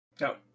No